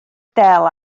del